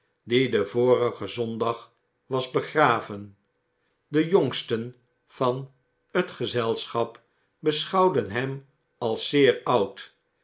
den vorigen zondag was begraven de jongsten vari t gezelschap beschouwden hem als zeer oud